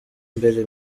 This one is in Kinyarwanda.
imbere